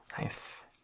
Nice